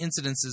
incidences